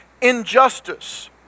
injustice